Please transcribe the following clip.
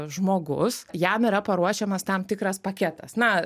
žmogus jam yra paruošiamas tam tikras paketas na